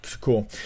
Cool